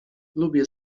lubię